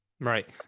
Right